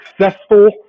successful